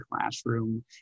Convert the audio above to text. Classroom